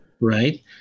Right